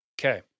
Okay